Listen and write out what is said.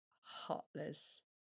heartless